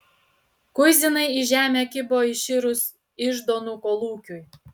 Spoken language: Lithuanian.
kuizinai į žemę kibo iširus iždonų kolūkiui